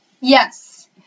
Yes